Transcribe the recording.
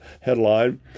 headline